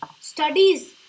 studies